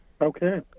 Okay